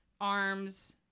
arms